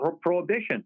prohibition